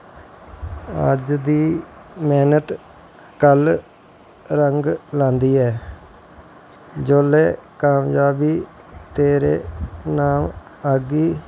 अज्ज दी मैह्नत कल्ल रंग लांदी ऐ जुल्लै कामयाबी तेरे नाम आगी